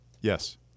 Yes